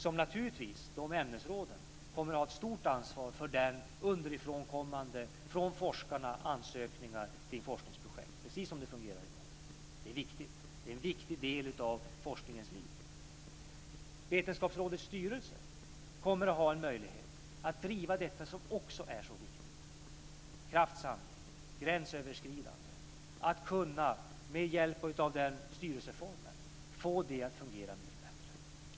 De ämnesrådena kommer naturligtvis att ha ett stort ansvar för ansökningar som kommer från forskarna kring forskningsprojekt, precis som det fungerar i dag. Det är en viktig del i forskningens liv. Vetenskapsrådets styrelse kommer att ha en möjlighet att driva det som också är så viktigt, nämligen kraftsamling och gränsöverskridande och - med hjälp av den styrelseformen - kommer den att få det att fungera mycket bättre.